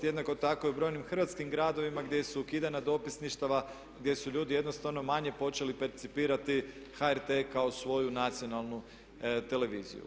Jednako tako i u brojnim hrvatskim gradovima gdje su ukidana dopisništva, gdje su ljudi jednostavno manje počeli percipirati HRT kao svoju nacionalnu televiziju.